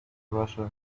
russia